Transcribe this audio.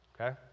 okay